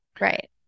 Right